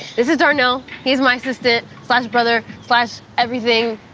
this is darnell, he's my assistant slash brother slash everything,